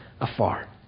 afar